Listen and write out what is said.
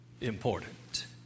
important